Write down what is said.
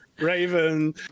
Raven